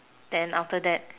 then after that